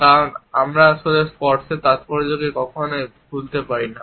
কারণ আমরা আসলে স্পর্শের তাত্পর্যকে কখনই ভুলতে পারি না